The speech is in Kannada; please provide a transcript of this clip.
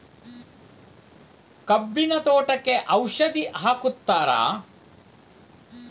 ಕಬ್ಬಿನ ತೋಟಕ್ಕೆ ಔಷಧಿ ಹಾಕುತ್ತಾರಾ?